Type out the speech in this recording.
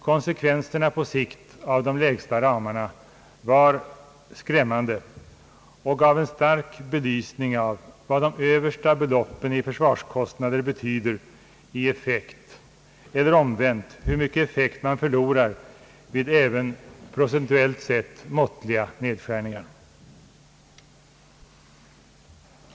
Konsekvenserna på sikt av de lägsta ramarna var skrämmande och gav en stark belysning av vad de översta beloppen i försvarskostnader betyder i effekt, eller omvänt hur mycket effekt man förlorar även vid en procentuellt sett måttlig nedskärning av försvaret.